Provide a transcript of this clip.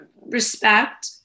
respect